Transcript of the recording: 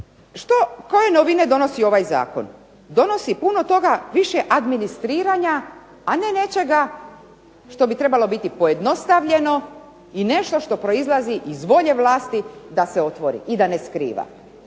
koje novine donosi ovaj Zakon? Donosi puno toga više administriranja, a ne nečega što bi trebalo biti pojednostavljeno i nešto što proizlazi iz volje vlasti da se otvori i da ne skriva.